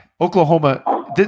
Oklahoma